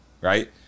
right